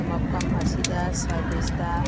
ꯃꯐꯝ ꯑꯁꯤꯗ ꯁꯥꯔꯕꯤꯁꯇ